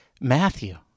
Matthew